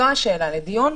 זו השאלה לדיון,